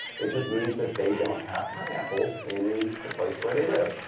it just means that they don't have pineapples in the place where they live.